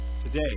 today